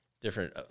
different